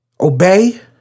Obey